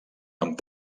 amb